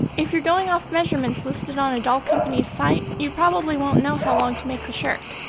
if you're going off measurements listed on a doll company's site, you probably won't know how long to make the shirt.